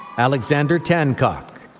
alexander tancock.